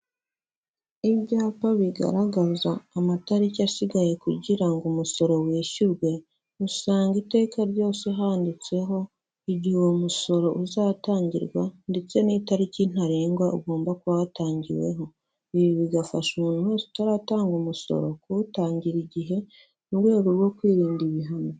Ibyapa bigaragaza amatariki asigaye kugira ngo umusoro wishyurwe, usanga iteka ryose handitseho igihe uwo musoro uzatangirwa ndetse n'itariki ntarengwa ugomba kuba watangiweho. Ibi bigafasha umuntu wese utaratanga umusoro kuwutangira igihe mu rwego rwo kwirinda ibihano.